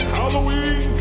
Halloween